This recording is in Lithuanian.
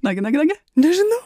nagi nagi nagi nežinau